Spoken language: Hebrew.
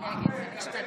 אני אשתדל.